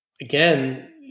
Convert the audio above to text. again